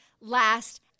last